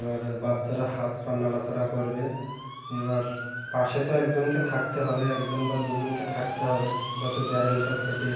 এবার বাচ্চারা হাত পা নাড়াচাড়া করবে এবার পাশে তো একজনকে থাকতে হবে একজন বা দুজনকে থাকতে হবে যাতে ব্যারেলটা ফেটে